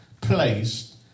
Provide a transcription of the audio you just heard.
placed